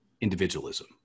individualism